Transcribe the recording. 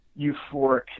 euphoric